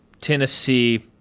Tennessee